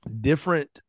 different